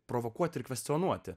provokuoti ir kvestionuoti